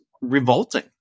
revolting